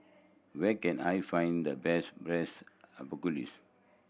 where can I find the best Braised Asparagus